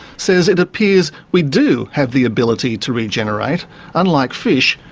says it appears we do have the ability to regenerate unlike fish,